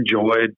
enjoyed